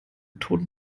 toten